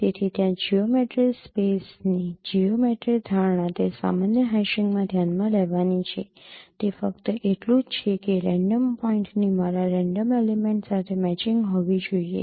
તેથી ત્યાં જિયૉમેટ્રી સ્પેસની જિયૉમેટ્રી ધારણા તે સામાન્ય હેશીંગમાં ધ્યાનમાં લેવાની છે તે ફક્ત એટલું જ છે કે રેન્ડમ પોઇન્ટની મારા રેન્ડમ એલિમેન્ટ સાથે મેચિંગ હોવી જોઈએ